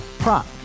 Prop